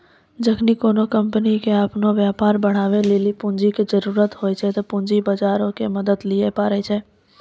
जखनि कोनो कंपनी के अपनो व्यापार बढ़ाबै लेली पूंजी के जरुरत होय छै, पूंजी बजारो से मदत लिये पाड़ै छै